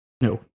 No